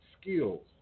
skills